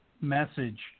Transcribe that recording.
message